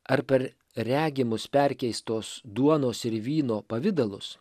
ar per regimus perkeistos duonos ir vyno pavidalus